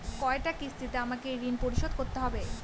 কয়টা কিস্তিতে আমাকে ঋণ পরিশোধ করতে হবে?